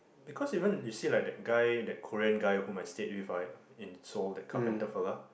because even you see like that guy that Korean guy whom I stayed with ah in Seoul that carpenter fellow